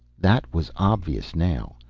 that was obvious now.